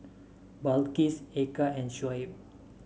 Balqis Eka and Shoaib